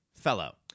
fellow